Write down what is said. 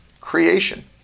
creation